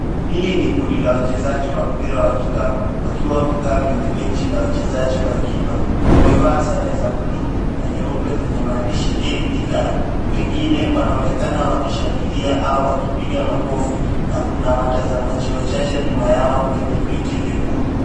Hili ni kundi la wachezaji wa mpira wa kikapu wakiwa wamekaa kwenye benchi la wachezaji wa akiba. Wamevaa sare za buluu na nyeupe zenye maandishi KPR,wengine wanaonekana wakishangilia au wakipiga makofi na kuna watazamaji wachache nyuma yao kwenye viti vyekundu.